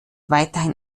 weiterhin